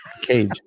Cage